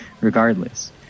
Regardless